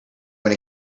when